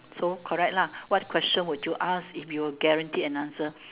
so correct lah what question would you ask if you're guaranteed that answer